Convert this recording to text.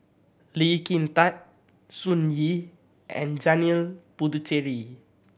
Lee Kin Tat Sun Yee and Janil Puthucheary